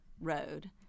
road